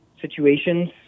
situations